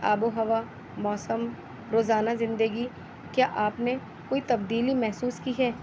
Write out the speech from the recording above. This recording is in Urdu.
آب و ہوا موسم روزانہ زندگی کیا آپ نے کوئی تبدیلی محسوس کی ہے